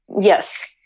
Yes